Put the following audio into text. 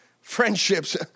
friendships